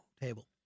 table